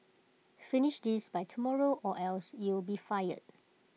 finish this by tomorrow or else you'll be fired